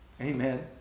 Amen